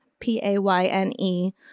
P-A-Y-N-E